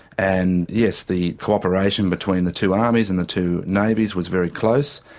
and yes, the co-operation between the two and armies and the two navies was very close.